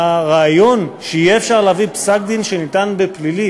הרעיון שיהיה אפשר להביא פסק-דין שניתן בפלילי